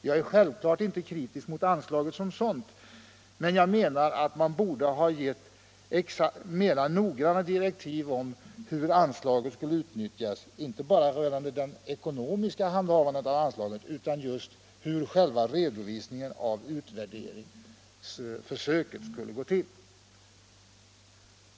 Jag är självfallet inte kritisk mot anslaget som sådant, men jag menar att man borde ha givit mera noggranna direktiv om hur anslaget skulle utnyttjas, inte bara när det gäller det ekonomiska handhavandet av anslaget utan just hur själva redovisningen av utvärderingsförsöken skulle gå till.